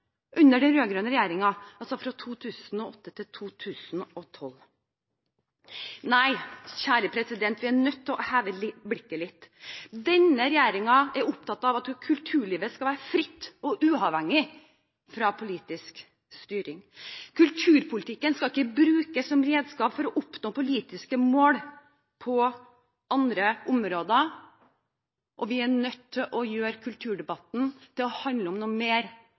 under den rød-grønne regjeringen. Vi er nødt til å heve blikket litt. Denne regjeringen er opptatt av at kulturlivet skal være fritt og uavhengig av politisk styring. Kulturpolitikken skal ikke brukes som redskap for å oppnå politiske mål på andre områder. Vi er nødt til å få kulturdebatten til å handle om noe mer